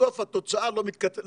בסוף התוצאה לא מתקיימת.